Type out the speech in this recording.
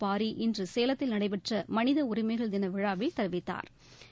பாரி இன்று சேலத்தில் நடைபெற்ற மனித உரிமைகள் தினவிழாவில் தெரிவித்தாா்